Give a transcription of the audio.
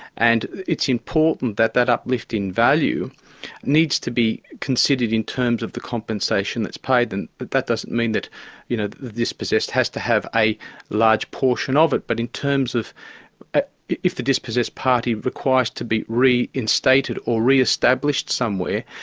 and it's important that that uplift in value needs to be considered in terms of the compensation that's paid. and that that doesn't mean you know the dispossessed has to have a large portion of it, but in terms of ah if the dispossessed party requires to be reinstated, or re-established somewhere,